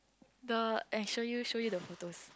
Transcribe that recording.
the I show you show you the photos